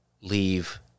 leave